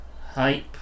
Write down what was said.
hype